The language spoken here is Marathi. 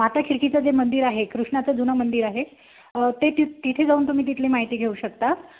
माता खिडकीचं जे मंदिर आहे कृष्णाचं जुनं मंदिर आहे ते ति तिथे जाऊन तुम्ही तिथली माहिती घेऊ शकता